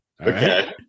okay